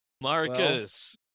Marcus